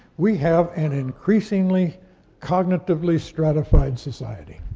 we have an increasingly cognitively stratified society,